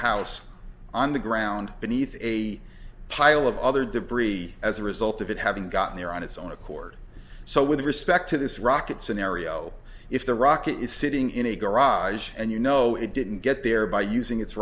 house on the ground beneath a pile of other debris as a result of it having gotten there on its own accord so with respect to this rocket scenario if the rocket is sitting in a garage and you know it didn't get there by using it